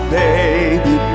baby